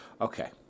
Okay